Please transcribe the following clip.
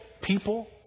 people